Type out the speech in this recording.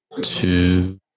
Two